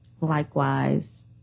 Likewise